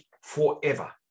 forever